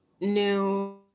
new